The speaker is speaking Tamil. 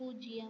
பூஜ்யம்